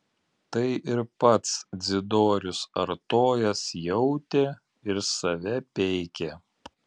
tai ir pats dzidorius artojas jautė ir save peikė